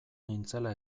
nintzela